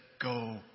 Go